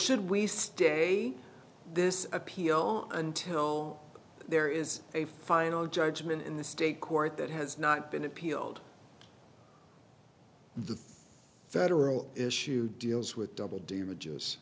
should we stay this appeal until there is a final judgment in the state court that has not been appealed the federal issue deals with double d images